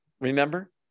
remember